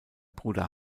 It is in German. bruder